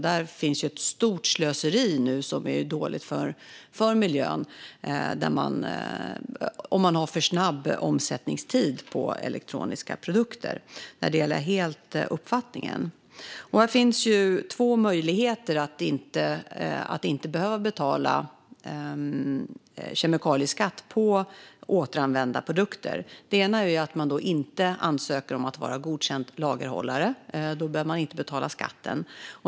Det finns ett stort slöseri som är dåligt för miljön om man har en alltför snabb omsättningstid på elektroniska produkter. Där delar jag helt uppfattningen. Det finns två möjligheter att inte behöva betala kemikalieskatt på återanvända produkter. Den ena är att man inte ansöker om att vara godkänd lagerhållare. Då behöver man inte betala skatten.